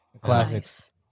Classics